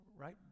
right